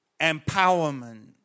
empowerment